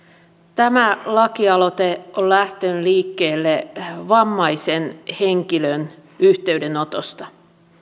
tämä lakialoite on lähtenyt liikkeelle vammaisen henkilön yhteydenotosta